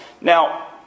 Now